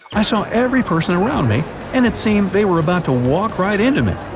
i saw every person around me and it seemed they were about to walk right into me.